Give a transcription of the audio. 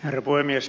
herra puhemies